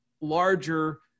larger